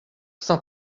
saint